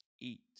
eat